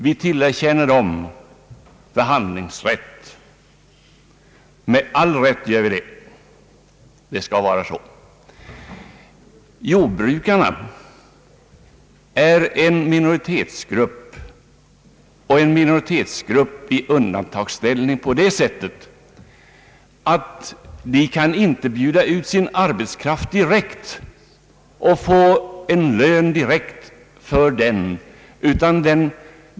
Det är självklart att vi skall tillerkänna dem denna rätt. Jordbrukarna utgör en minoritetsgrupp och en minoritetsgrupp i undantagsställning på det sättet att de inte kan bjuda ut sin arbetskraft direkt och få en lön direkt för sin arbetsinsats.